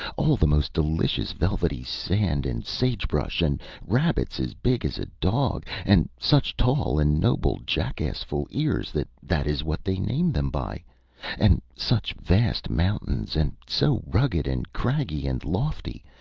all the most delicious velvety sand and sage-brush, and rabbits as big as a dog, and such tall and noble jackassful ears that that is what they name them by and such vast mountains, and so rugged and craggy and lofty,